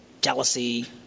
jealousy